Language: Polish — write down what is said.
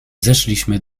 zeszliśmy